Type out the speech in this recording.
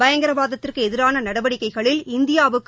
பயங்கரவாதத்திற்கு எதிரான நடவடிக்கைகளில் இந்தியாவுக்கு